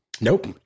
Nope